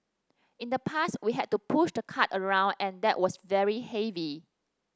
in the past we had to push the cart around and that was very heavy